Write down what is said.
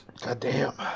Goddamn